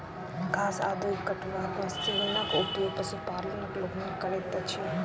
घास वा दूइब कटबाक मशीनक उपयोग पशुपालक लोकनि करैत छथि